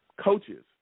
coaches